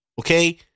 Okay